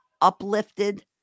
uplifted